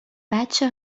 بچه